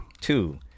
Two